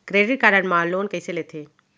Credit card मा loan कइसे लेथे?